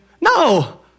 No